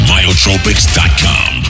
Myotropics.com